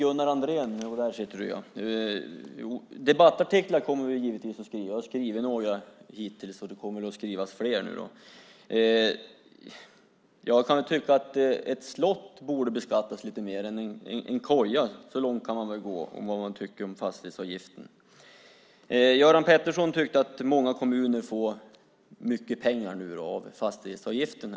Herr talman! Debattartiklar kommer vi, Gunnar Andrén, givetvis att skriva. Vi har skrivit några hittills, och vi kommer att skriva fler. Jag kan tycka att ett slott borde beskattas mer än en koja. Så långt kan man väl gå med vad man tycker om fastighetsavgiften. Göran Pettersson menade att många kommuner får mycket pengar genom fastighetsavgiften.